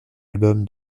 album